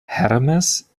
hermes